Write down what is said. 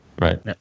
Right